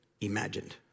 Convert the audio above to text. imagined